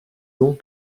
long